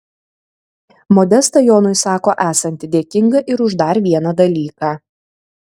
modesta jonui sako esanti dėkinga ir už dar vieną dalyką